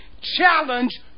challenge